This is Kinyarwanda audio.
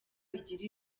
bigire